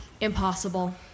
Impossible